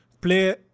play